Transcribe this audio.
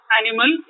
animal